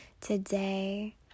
today